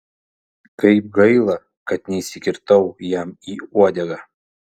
kaip gaila kad neįsikirtau jam į uodegą